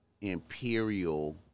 Imperial